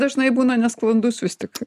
dažnai būna nesklandus vis tik